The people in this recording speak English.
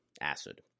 acid